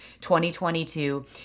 2022